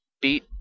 beat